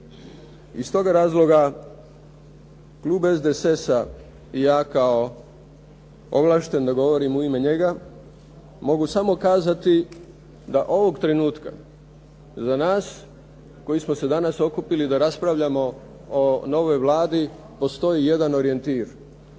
Iz tog razloga klub SDSS i ja kao ovlašten da govorim u ime njega mogu samo kazati da ovog trenutka za nas koji smo se danas okupili da raspravljamo o novoj Vladi postoji jedan orijentir